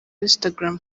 instagram